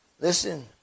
Listen